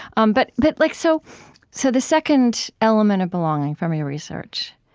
um but but like so so the second element of belonging, from your research,